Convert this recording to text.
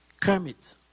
Kermit